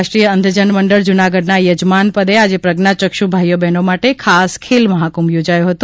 રાષ્ટ્રીય અંધજન મંડળ જૂનાગઢના યજમાન પદે આજે પ્રજ્ઞાચક્ષુ ભાઈઓ બહેનો માટે ખાસ ખેલમહાકુંભ યોજાયો હતો